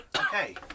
Okay